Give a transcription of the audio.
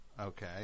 okay